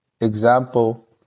example